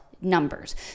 numbers